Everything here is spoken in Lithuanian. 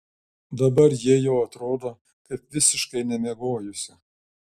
dabar ji jau atrodo kaip visiškai nemiegojusi